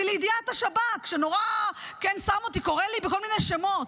ולידיעת השב"כ שקורא לי בכל מיני שמות,